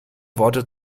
worte